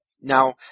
Now